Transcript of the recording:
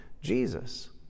Jesus